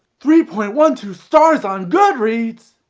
three point one two stars on goodreads?